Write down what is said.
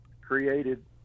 created